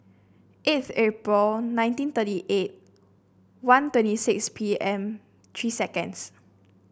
eighth April nineteen thirty eight one twenty six P M three seconds